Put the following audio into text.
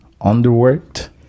underworked